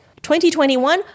2021